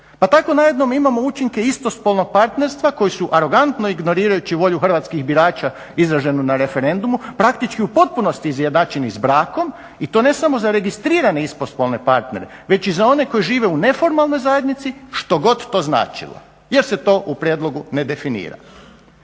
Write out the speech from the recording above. Pa tako najednom imamo učinke istospolnog partnerstva koji su arogantno ignorirajući volju hrvatskih birača izraženu na referendumu praktički u potpunosti izjednačeni s brakom i to ne samo za registrirane istospolne partnere, već i za one koji žive u neformalnoj zajednici, što god to značilo, jer se to u prijedlogu ne definira.